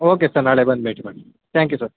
okay sir ನಾಳೆ ಬಂದು ಭೇಟಿ ಮಾಡ್ತೀನಿ ತ್ಯಾಂಕ್ ಯು ಸರ್